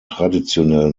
traditionell